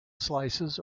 slices